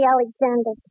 Alexander